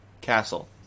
castle